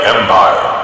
Empire